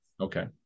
Okay